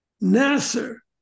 Nasser